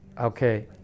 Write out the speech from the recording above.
okay